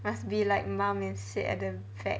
must be like mum and sit at the back